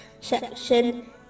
section